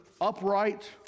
upright